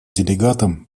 делегатам